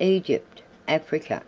egypt, africa,